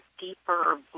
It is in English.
deeper